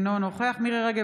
אינו נוכח מירי מרים רגב,